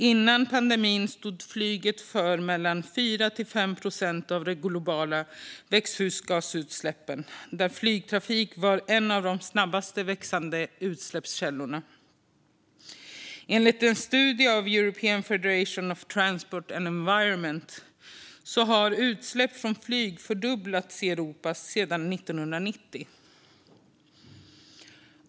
Före pandemin stod flyget för mellan 4 och 5 procent av de globala växthusgasutsläppen. Flygtrafik var en av de snabbast växande utsläppskällorna. Enligt en studie av European Federation for Transport and Environment har utsläppen från flyg fördubblats i Europa sedan 1990.